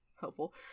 Helpful